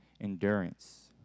endurance